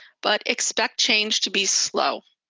but expect change to be slow.